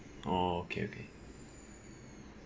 orh okay okay